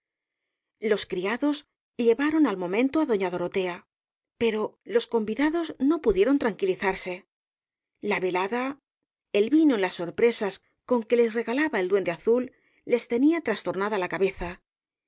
los criados llevaron al momento á doña dorotea pero los convidados no pudieron tranquilizarse la velada el vino y las sorpresas con que les regalaba el duende azul les tenía trastornada la cabeza